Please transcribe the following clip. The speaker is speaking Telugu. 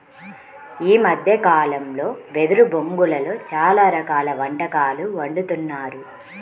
ఈ మద్దె కాలంలో వెదురు బొంగులో చాలా రకాల వంటకాలు వండుతున్నారు